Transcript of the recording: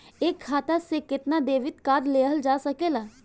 एक खाता से केतना डेबिट कार्ड लेहल जा सकेला?